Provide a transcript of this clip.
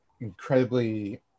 incredibly